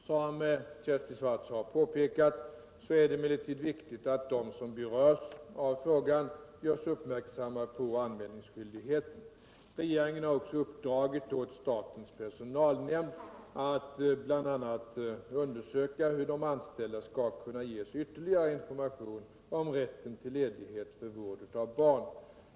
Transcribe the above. Som Kersti Swartz har påpekat är det emellertid viktigt att de som berörs av frågan görs uppmärksamma på anmälningsskyldigheten. Regeringen har också uppdragit åt statens personalnämnd att bl.a. undersöka hur de anställda skall kunna ges ytterligare information om rätten till ledighet för vård av barn.